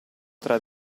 tra